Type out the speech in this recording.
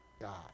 God